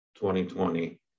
2020